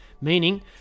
meaning